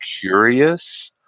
curious